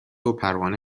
وپروانه